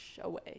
away